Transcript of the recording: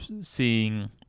seeing